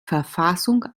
verfassung